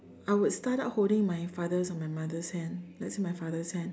I would start out holding my father's or my mother's hand let's say my father's hand